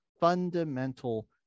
fundamental